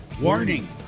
warning